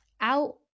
out